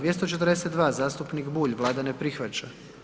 242. zastupnik Bulj, Vlada ne prihvaća.